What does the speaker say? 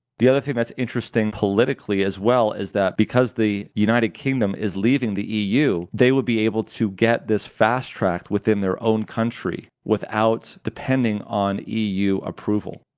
the other thing thats interesting politically as well is that because the united kingdom is leaving the eu, they would be able to get this fast-tracked within their own country without depending on eu approval.